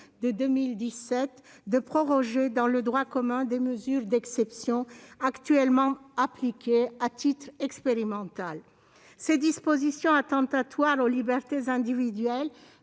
de 2017, de proroger dans le droit commun des mesures d'exception, actuellement appliquées à titre expérimental. Ces dispositions, attentatoires aux libertés individuelles,